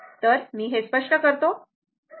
तर मी हे स्पष्ट करतो